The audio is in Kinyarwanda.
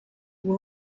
uba